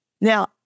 Now